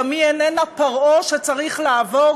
גם היא איננה פרעה שצריך לעבור,